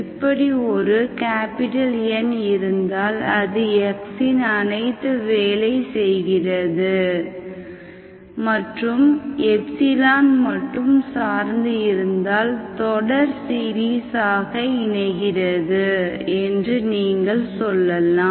இப்படி ஒரு N இருந்தால் அது xஇன் அனைத்து வேலை செய்கிறது மற்றும் மட்டும் சார்ந்து இருந்தால் தொடர் சீரிஸ் ஆக இணைகிறது என்று நீங்கள் சொல்லலாம்